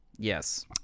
Yes